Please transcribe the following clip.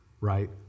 Right